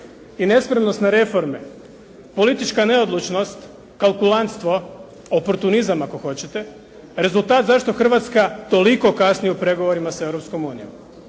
i nespremnost na reforme politička neodlučnost, kalkulantstvo, oportunizam ako hoćete, rezultat zašto Hrvatska toliko kasni u pregovorima s Europskom unijom.